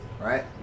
Right